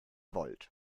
volt